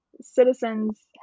citizens